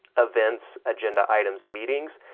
events, agenda items meetings,